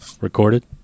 recorded